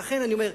ולכן אני אומר,